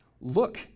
Look